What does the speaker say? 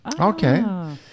Okay